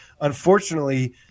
unfortunately